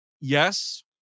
yes